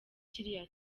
kiriya